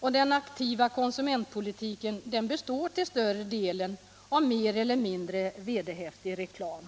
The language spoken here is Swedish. och den aktiva konsument 83 politiken består till större delen av mer eller mindre vederhäftig reklam.